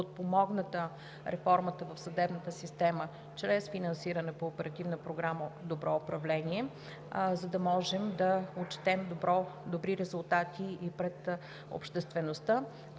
подпомогната реформата в съдебната система чрез финансиране по Оперативна програма „Добро управление“, за да можем да отчетем добри резултати и пред обществеността.